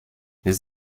les